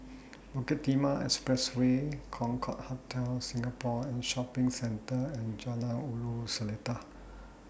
Bukit Timah Expressway Concorde Hotel Singapore and Shopping Centre and Jalan Ulu Seletar